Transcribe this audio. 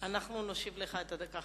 נשיב לך את הדקה.